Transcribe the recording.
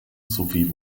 sowie